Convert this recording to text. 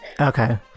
Okay